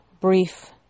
brief